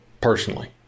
personally